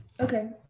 Okay